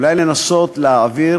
אולי לנסות להעביר